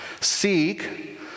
Seek